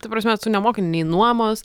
ta prasme tu nemoki nei nuomos